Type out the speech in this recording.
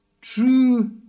true